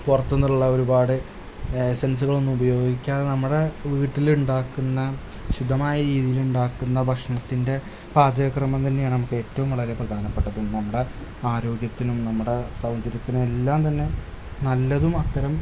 പുറത്തൂ നിന്നുള്ള ഒരുപാട് എസെന്സുകളൊന്നും ഉപയോഗിക്കാതെ നമ്മുടെ വീട്ടിലുണ്ടാക്കുന്ന ശുദ്ധമായ രീതിയിലുണ്ടാക്കുന്ന ഭഷ്ണത്തിന്റെ പാചകക്രമം തന്നെയാണ് നമുക്ക് ഏറ്റവും വളരെ പ്രധാനപ്പെട്ടത് നമ്മുടെ ആരോഗ്യത്തിനും സൗന്ദര്യത്തിനും എല്ലാംതന്നെ നല്ലതും അത്തരം